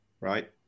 Right